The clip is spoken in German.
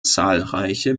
zahlreiche